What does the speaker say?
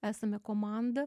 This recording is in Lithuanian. esame komanda